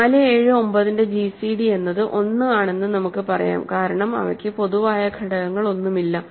4 7 9 ന്റെ ജിസിഡിഎന്നത് 1 ആണെന്ന് നമുക്ക് പറയാം കാരണം അവയ്ക്ക് പൊതുവായ ഘടകങ്ങളൊന്നുമില്ല